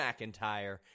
McIntyre